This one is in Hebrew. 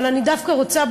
אבל אני דווקא רוצה,